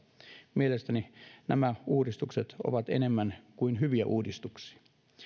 mielestäni nämä uudistukset ovat enemmän kuin hyviä uudistuksia